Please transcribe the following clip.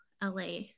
LA